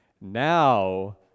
Now